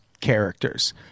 characters